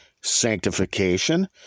sanctification